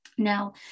Now